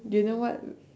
do you know what